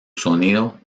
sonido